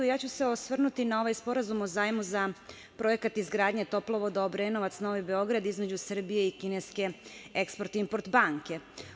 Ja ću se osvrnuti na ovaj Sporazum o zajmu za Projekat izgradnje toplovoda Obrenovac – Novi Beograd između Srbije i kineske Export – Import banke.